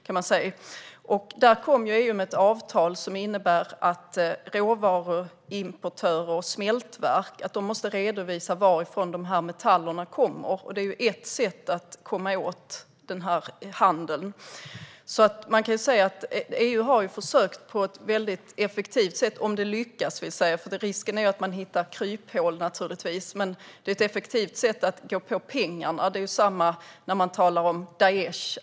EU har kommit med ett avtal som innebär att råvaruimportörer och smältverk måste redovisa varifrån metallerna kommer. Det är ett sätt att komma åt den här handeln. EU har alltså försökt på ett effektivt sätt, det vill säga om det lyckas. Risken finns naturligtvis att man hittar kryphål. Men att gå på pengarna är effektivt. Detsamma gäller Daish.